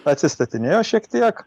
atsistatinėjo šiek tiek